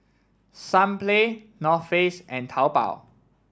Sunplay North Face and Taobao